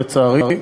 לצערי.